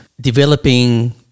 developing